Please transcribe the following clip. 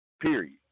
period